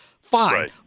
fine